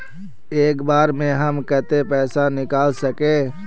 एक बार में हम केते पैसा निकल सके?